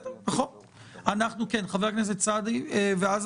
אם הם